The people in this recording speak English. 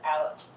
out